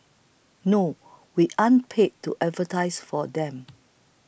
no we aren't paid to advertise for them